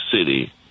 city